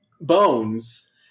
bones